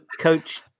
Coach